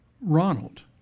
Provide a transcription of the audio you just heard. Ronald